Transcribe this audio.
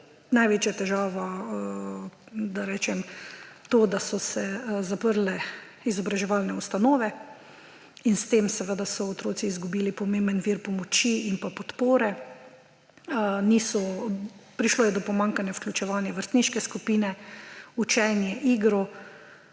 največja težava to, da so se zaprle izobraževalne ustanove in s tem so otroci izgubili pomemben vir pomoči in pa podpore. Prišlo je do pomanjkanja vključevanja v vrstniške skupine, učenje, igro.